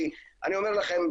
כי אני אומר לכם,